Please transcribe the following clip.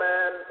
Man